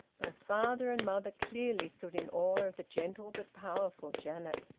both father and mother clearly stood in awe of the gentle but powerful janet.